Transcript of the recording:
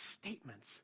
statements